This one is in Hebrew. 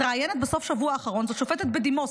מתראיינת בסוף השבוע האחרון, זו שופטת בדימוס.